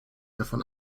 davon